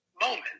moment